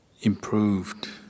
improved